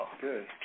Good